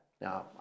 Now